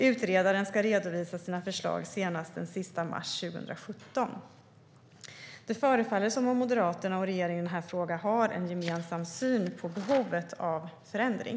Utredaren ska redovisa sina förslag senast den 31 mars 2017. Det förefaller som om Moderaterna och regeringen i denna fråga har en gemensam syn på behovet av förändring.